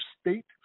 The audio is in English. State